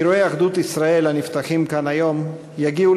אירועי אחדות ישראל הנפתחים כאן היום יגיעו